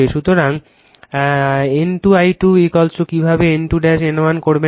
সুতরাং N2 I2 কিভাবে I2 N1 করবেন